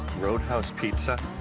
roadhouse pizza,